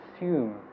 assume